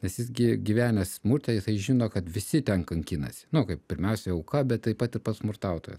nes jis gi gyvenęs smurte jisai žino kad visi ten kankinasi nu kaip pirmiausia auka bet taip pat ir pats smurtautojas